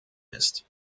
ist